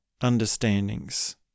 understandings